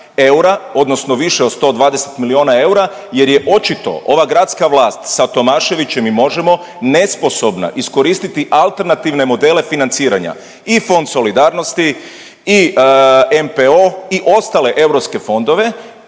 odnosno više od 120 miliona eura jer je očito ova gradska vlast sa Tomaševićem i Možemo! nesposobna iskoristiti alternativne modele financiranja i Fond solidarnosti i MPO i ostale europske fondove,